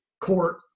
court